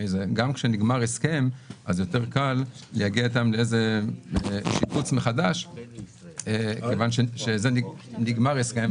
גם כשנגמר הסכם אז יותר קל להגיע איתם לשיפוץ מחדש כיוון שנגמר הסכם.